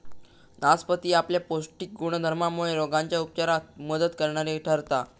नासपती आपल्या पौष्टिक गुणधर्मामुळे रोगांच्या उपचारात मदत करणारी ठरता